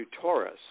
Taurus